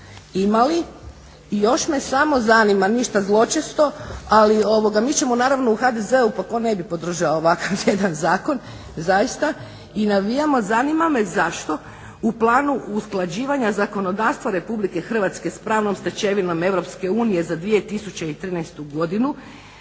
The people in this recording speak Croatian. imali. I još me samo zanima ništa zločesto ali mi ćemo naravno u HDZ-u pa tko ne bi podržao ovakav jedan zakon zaista. I navijamo, zanima me zašto u planu usklađivanja zakonodavstva Republike Hrvatske sa pravnom stečevinom Europske unije za 2013. godinu